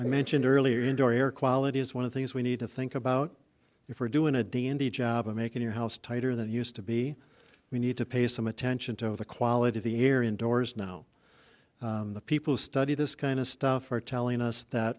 i mentioned earlier indoor air quality is one of things we need to think about if we're doing a d n d job of making your house tighter than used to be we need to pay some attention to the quality of the air indoors now the people who study this kind of stuff are telling us that